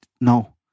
no